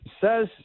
says